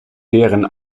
deren